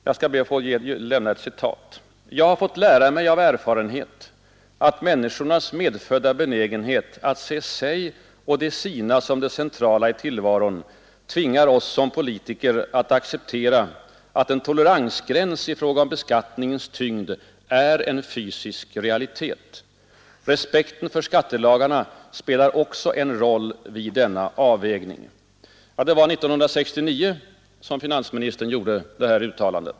Jag skall be att få anföra ett citat: ”Jag har fått lära mig av erfarenhet att människornas medfödda benägenhet att se sig och de sina som det centrala i tillvaron tvingar oss som politiker att acceptera att en toleransgräns i fråga om beskattningens tyngd är en fysisk realitet. Respekten för skattelagarna spelar också en roll vid denna avvägning.” Det var 1969 som finansministern gjorde detta uttalande.